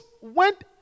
went